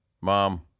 Mom